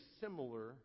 similar